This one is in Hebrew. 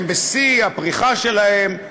הם בשיא הפריחה שלהם,